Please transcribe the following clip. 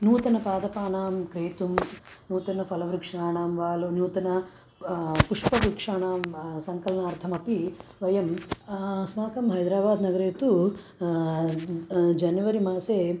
नूतनपादपानां क्रेतुं नूतन फलवृक्षाणां वा लु नूतन पुष्पवृक्षाणां सङ्कलनार्थम् अपि वयम् अस्माकं हैद्राबाद्नगरे तु जनवरिमासे